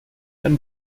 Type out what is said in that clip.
dann